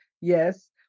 yes